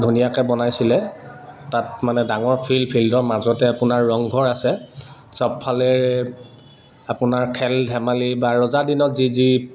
ধুনীয়াকে বনাইছিলে তাত মানে ডাঙৰ ফিল্ড ফিল্ডৰ মাজতে আপোনাৰ ৰংঘৰ আছে চবফালে আপোনাৰ খেল ধেমালি বা ৰজা দিনত যি যি